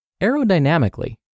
aerodynamically